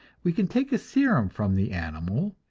we can take a serum from the animal,